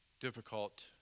difficult